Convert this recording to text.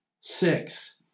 six